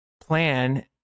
plan